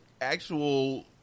actual